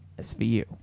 SVU